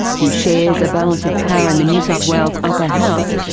who shares a balance of power in the new south wales upper house,